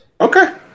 Okay